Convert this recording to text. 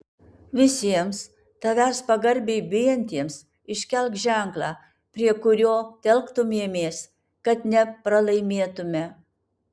visiems tavęs pagarbiai bijantiems iškelk ženklą prie kurio telktumėmės kad nepralaimėtumėme